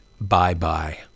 Bye-bye